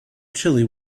chili